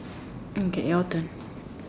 okay your turn